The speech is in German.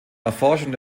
erforschung